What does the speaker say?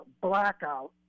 blackout